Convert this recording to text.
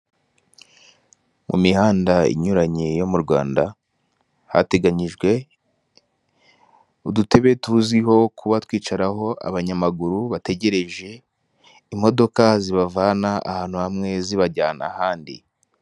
Mu mihanda inyuranye yo mu Rwanda hateganyijwe udutebe tuzwiho kuba twicaraho abanyamaguru, bategereje imodoka zibavana ahantu hamwe zibajyana ahandi.